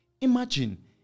imagine